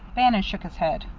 bannon shook his head.